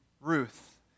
Ruth